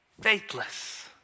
faithless